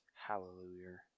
Hallelujah